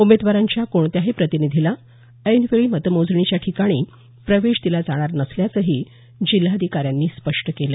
उमेदवारांच्या कोणत्याही प्रतिनिधीला ऐनवेळी मतमोजणीच्या ठिकाणी प्रवेश दिला जाणार नसल्याचंही जिल्हाधिकाऱ्यांनी स्पष्ट केलं